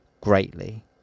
greatly